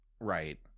Right